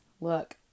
Look